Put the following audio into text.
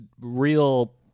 real